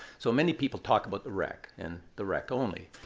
so many people talk about the wreck and the wreck only.